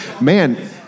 Man